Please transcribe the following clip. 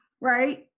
right